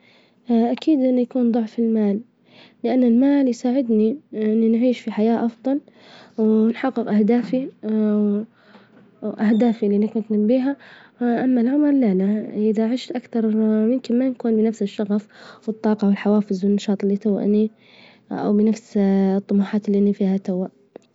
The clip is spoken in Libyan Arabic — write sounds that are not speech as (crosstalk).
(hesitation) أكيد إنه يكون ظعف المال، لأن المال يساعدني (hesitation) إني نعيش في حياة أفظل، ونحجج أهدافي (hesitation) أهدافي إللي نؤمن بها، (hesitation) أما العمر، لا لا، إذا عشت أكثر ممكن ما نكون بنفس الشإف، والطاجة، والحوافز، والنشاط إللي تواني بنفس (hesitation) الطموحات إللي إني فيها توا.